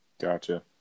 Gotcha